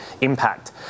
impact